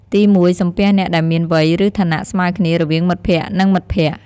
ទីមួយ សំពះអ្នកដែលមាន វ័យ ឬ ឋានៈស្មើគ្នា រវាងមិត្តភក្តិ និងមិត្តភក្តិ។